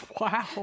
Wow